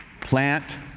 plant